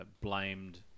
blamed